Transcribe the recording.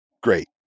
great